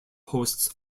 hosts